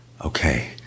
Okay